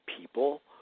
people